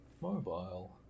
mobile